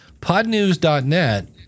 Podnews.net